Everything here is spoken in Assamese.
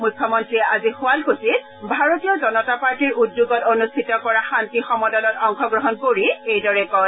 মুখ্যমন্ত্ৰীয়ে আজি শুৱালকুছিত ভাৰতীয় জনতা পাৰ্টীৰ উদ্যোগত অনুষ্ঠিত কৰা শান্তি সমদলত অংশগ্ৰহণ কৰি এইদৰে কয়